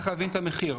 צריך להבין את המחיר.